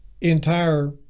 entire